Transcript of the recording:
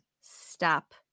stop